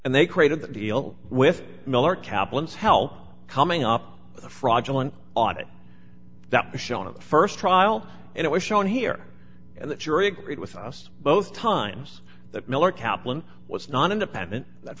and they created the deal with miller kaplan's help coming up with a fraudulent audit that was shown of the st trial and it was shown here and the jury agreed with us both times that miller kaplan was non independent that